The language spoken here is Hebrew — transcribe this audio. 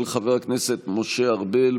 של חבר הכנסת משה ארבל,